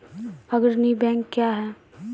अग्रणी बैंक क्या हैं?